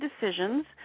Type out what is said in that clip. Decisions